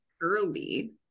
early